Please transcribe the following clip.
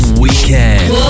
weekend